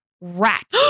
rat